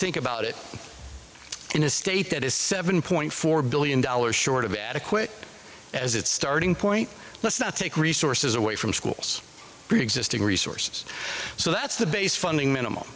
think about it in a state that is seven point four billion dollars short of adequate as its starting point let's not take resources away from schools preexisting resources so that's the base funding minim